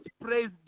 praise